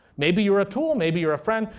maybe you're a tool, maybe you're a friend,